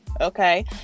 okay